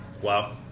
Wow